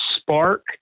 spark